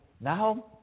now